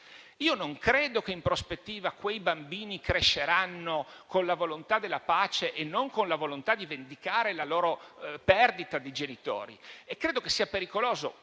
Io non credo che, in prospettiva, quei bambini cresceranno con la volontà della pace e non con la volontà di vendicare la perdita dei loro genitori. Credo che ciò rappresenti